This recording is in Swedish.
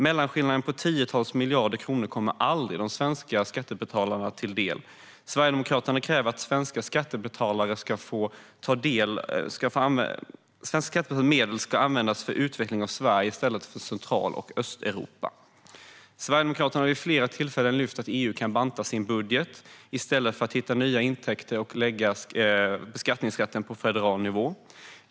Mellanskillnaden på tiotals miljarder kronor kommer aldrig att komma de svenska skattebetalarna till del. Sverigedemokraterna kräver att svenska skattebetalares medel ska användas för utveckling av Sverige i stället för av Central och Östeuropa. Sverigedemokraterna har vid flera tillfällen lyft upp att EU kan banta sin budget i stället för att hitta nya intäkter och lägga beskattningsrätten på federal nivå.